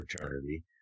fraternity